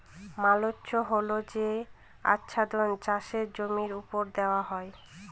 mulch হল যে আচ্ছাদন চাষের জমির ওপর দেওয়া হয়